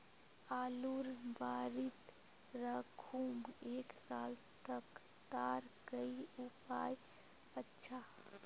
आलूर बारित राखुम एक साल तक तार कोई उपाय अच्छा?